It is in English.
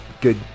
good